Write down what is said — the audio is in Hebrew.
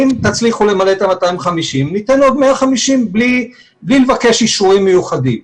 אם תצליחו למלא את ה-250 ניתן עוד 150 בלי לבקש אישורים מיוחדים,